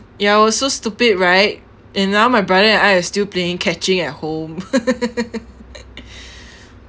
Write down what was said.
ya I was so stupid right and now my brother and I are still playing catching at home